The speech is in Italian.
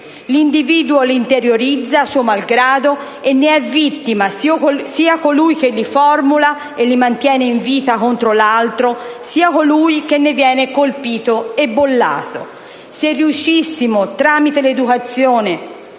L'individuo li interiorizza suo malgrado, e ne è vittima sia colui che li formula e li mantiene in vita contro l'altro, sia colui che ne viene colpito e bollato». Se riuscissimo, tramite l'educazione,